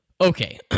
Okay